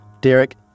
Derek